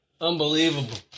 Unbelievable